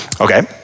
Okay